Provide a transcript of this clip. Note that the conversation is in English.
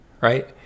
right